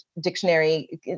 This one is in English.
dictionary